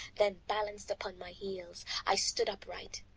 then balanced upon my heels, i stood upright,